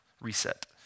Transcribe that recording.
Reset